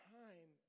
time